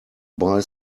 buy